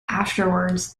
afterwards